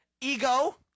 ego